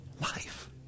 life